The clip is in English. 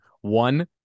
One